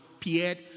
appeared